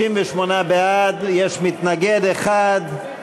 68 בעד, יש מתנגד אחד,